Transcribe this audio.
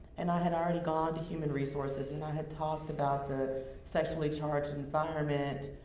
and i had already gone to human resources, and i had talked about the sexually-charged environment,